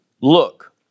Look